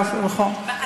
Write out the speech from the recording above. נכון.